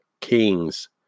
kings